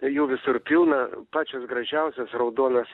jų visur pilna pačios gražiausios raudonos